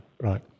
right